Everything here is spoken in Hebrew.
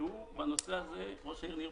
שיושב כאן, ניר ברקת,